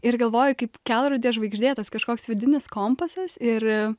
ir galvoju kaip kelrodė žvaigždė tas kažkoks vidinis kompasas ir